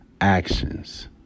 actions